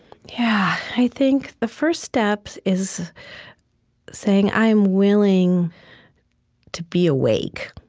yeah i think the first step is saying i'm willing to be awake,